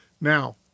Now